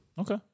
Okay